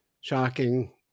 shocking